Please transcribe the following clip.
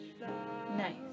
Nice